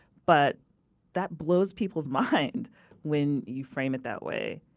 but that blows people's minds when you frame it that way.